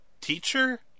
teacher